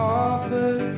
offer